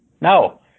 No